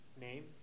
name